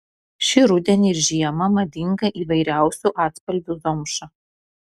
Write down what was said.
šį rudenį ir žiemą madinga įvairiausių atspalvių zomša